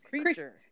Creature